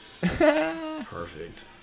Perfect